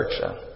church